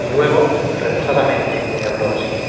y luego reposadamente me habló así